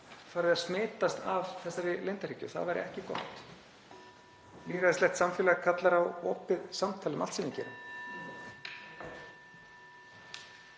gætu farið að smitast af þessari leyndarhyggju. Það væri ekki gott. Lýðræðislegt samfélag kallar á opið samtal um allt sem við gerum.